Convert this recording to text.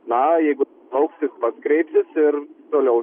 na jeigu lauks jis pats kreipsis ir toliau